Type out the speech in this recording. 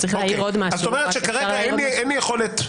זאת אומרת, כרגע אין לי יכולת.